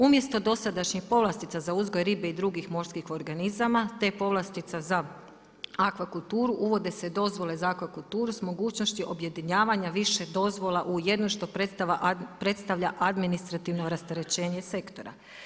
Umjesto dosadašnjih povlastica za uzgoj ribe i drugih morskih organizama, te povlastica za akvakulturu, uvode se dozvole za akvakulturu s mogućnosti objedinjavanja više dozvola u jedno, što predstavlja administrativno rasterećenje sektora.